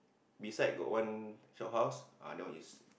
beside got one shophouse ah that one is